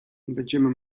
będziemy